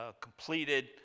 completed